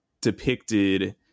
depicted